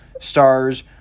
stars